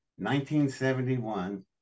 1971